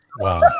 Wow